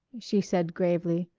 she said gravely,